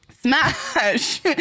smash